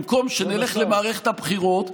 במקום שנלך למערכת הבחירות,